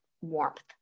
warmth